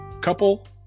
couple